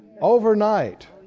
overnight